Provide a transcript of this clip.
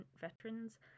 veterans